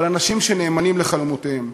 אבל אנשים שנאמנים לחלומותיהם.